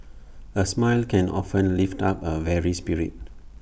A smile can often lift up A weary spirit